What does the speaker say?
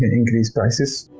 ah increase prices,